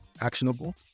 actionable